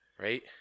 Right